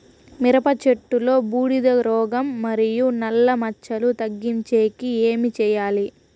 మిరప చెట్టులో బూడిద రోగం మరియు నల్ల మచ్చలు తగ్గించేకి ఏమి చేయాలి?